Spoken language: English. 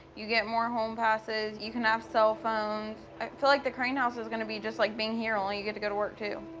you get more home passes, you can have cell phones. i feel like the craine house is gonna be just like being here, only you get to go to work too.